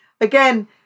again